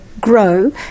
grow